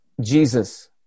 Jesus